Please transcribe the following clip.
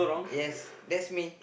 yes that's me